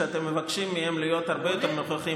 שאתם מבקשים מהם להיות הרבה יותר נוכחים